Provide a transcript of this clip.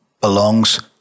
belongs